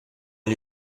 gli